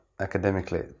academically